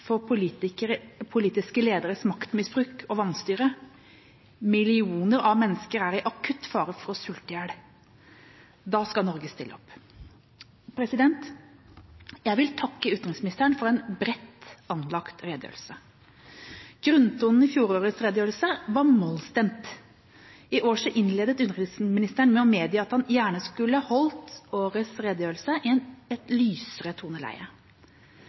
for politiske lederes maktmisbruk og vanstyre. Millioner av mennesker er i akutt fare for å sulte i hjel. Da skal Norge stille opp. Jeg vil takke utenriksministeren for en bredt anlagt redegjørelse. Grunntonen i fjorårets redegjørelse var mollstemt. I år innledet utenriksministeren med å medgi at han gjerne skulle holdt årets redegjørelse i et lysere toneleie.